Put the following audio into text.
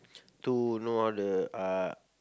to know all the uh